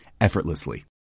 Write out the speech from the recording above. effortlessly